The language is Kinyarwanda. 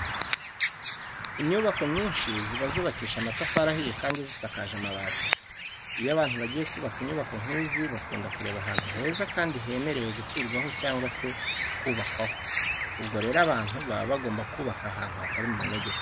Inyubako nyinshi ziba zubakishije amatafari ahiye kandi zisakaje amabati. Iyo abantu bagiye kubaka inyubako nk'izi bakunda kureba ahantu heza kandi hemerewe guturwaho cyangwa se kubakwaho. Ubwo rero abantu baba bagomba kubaka ahantu hatari mu manegeka.